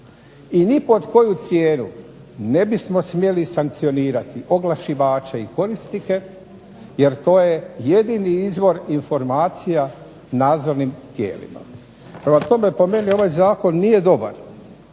I ni pod koju cijenu ne bismo smjeli sankcionirati oglašivače i korisnike jer to je jedini izvor informacija nadzornim tijelima. Prema tome, po meni ovaj zakon nije dobar